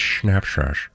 snapshot